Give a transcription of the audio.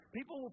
People